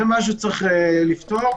זה דבר שצריך לפתור.